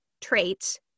traits